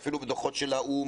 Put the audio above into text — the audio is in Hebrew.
אפילו בדוחות של האו"ם